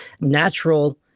natural